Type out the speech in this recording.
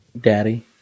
Daddy